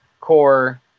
core